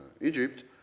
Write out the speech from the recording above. Egypt